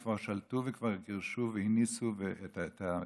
והם כבר שלטו והם כבר גירשו והניסו את הגרמנים,